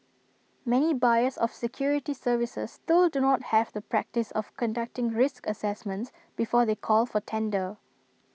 many buyers of security services still do not have the practice of conducting risk assessments before they call for tender